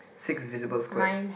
six visible squares